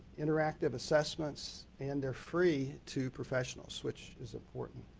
interactive assessments and they are free to professionals, which is important.